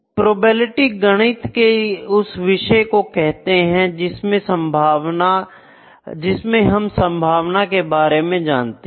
probability गणित के उस विषय को कहते हैं जिसमें हम संभावना के बारे में जानते हैं